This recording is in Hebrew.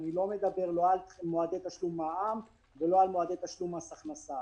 ואני לא מדבר על מועדי תשלום מע"מ ולא על מועדי תשלום מס הכנסה,